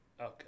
Okay